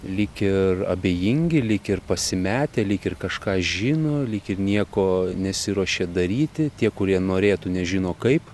lyg ir abejingi lyg ir pasimetę lyg ir kažką žino nieko nesiruošė daryti tie kurie norėtų nežino kaip